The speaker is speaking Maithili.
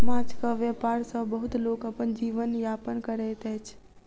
माँछक व्यापार सॅ बहुत लोक अपन जीवन यापन करैत अछि